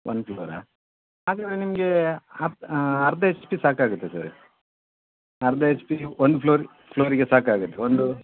ಒಂದು ಫ್ಲೋರಾ ಹಾಗಿದ್ದರೆ ನಿಮ್ಗೆ ಅರ್ಧ ಅರ್ಧ ಎಚ್ ಪಿ ಸಾಕಾಗುತ್ತೆ ಸರು ಅರ್ಧ ಎಚ್ ಪಿ ನೀವು ಒಂದು ಫ್ಲೋರ್ ಫ್ಲೋರಿಗೆ ಸಾಕಾಗುತ್ತೆ ಒಂದು